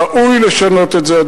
ראוי לשנות את זה,